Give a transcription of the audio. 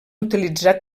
utilitzar